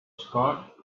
scott